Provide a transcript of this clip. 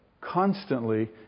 constantly